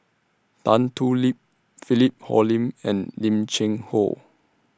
Tan Thoon Lip Philip Hoalim and Lim Cheng Hoe